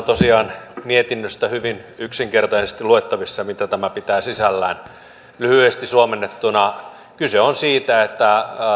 tosiaan hyvin yksinkertaisesti mietinnöstä luettavissa mitä tämä pitää sisällään lyhyesti suomennettuna kyse on siitä että